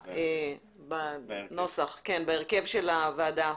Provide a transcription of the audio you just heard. בנוסח, בהרכב של הוועדה,